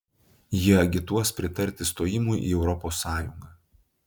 jie agituos pritarti stojimui į europos sąjungą